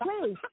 Please